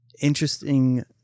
Interesting